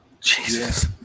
Jesus